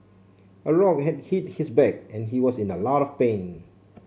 a rock had hit his back and he was in a lot of pain